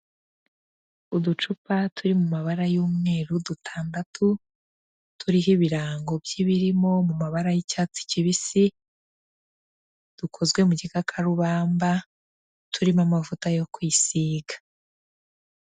Uducupa turi mu mabara y'umweru dutandatu, turiho ibirango by'ibirimo mu mabara y'icyatsi kibisi, dukozwe mu gikakarubamba, turimo amavuta yo kwisiga.